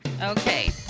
Okay